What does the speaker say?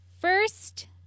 First